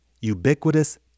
ubiquitous